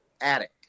attic